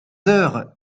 heures